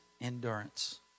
endurance